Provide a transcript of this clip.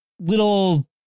little